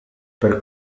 per